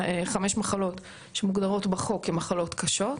חמש מחלות שמוגדרות בחוק כמחלות קשות.